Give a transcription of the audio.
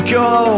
go